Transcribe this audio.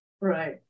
right